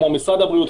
כמו משרד הבריאות,